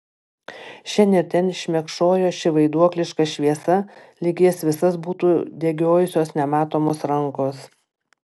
šen ir ten šmėkšojo ši vaiduokliška šviesa lyg jas visas būtų degiojusios nematomos rankos